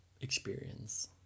experience